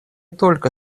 только